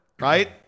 right